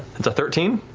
that's a thirteen.